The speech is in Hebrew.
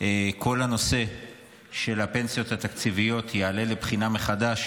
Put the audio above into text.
כל הנושא של הפנסיות התקציביות יעלה לבחינה מחדש